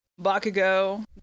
Bakugo